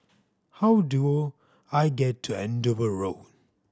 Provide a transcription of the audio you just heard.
how do I get to Andover Road